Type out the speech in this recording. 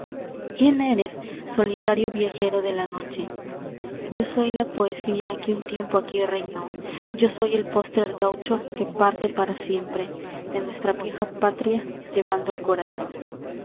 quién eres solitario viajero de la noche yo soy la poesía que un tiempo aquí reinó yo soy el postrer gaucho que parte para siempre de nuestra vieja patria llevando el corazón